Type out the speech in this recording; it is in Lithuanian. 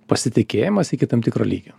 pasitikėjimas iki tam tikro lygio